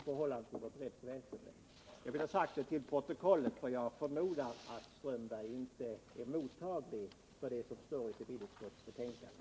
Jag vill ha detta sagt till protokollet, för jag förmodar att Karl-Erik Strömberg inte är mottaglig för det som står i civilutskottets betänkande.